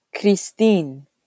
Christine